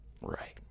Right